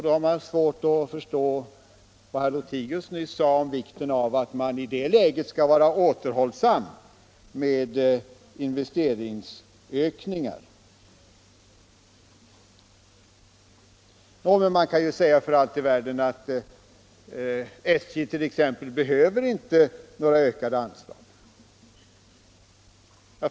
Då har jag svårt att förstå vad herr Lothigius nyss sade om vikten av att man i det läget skall vara återhållsam med investeringsökningar. Man kan för allt i världen säga att t.ex. SJ inte behöver några ökade anslag.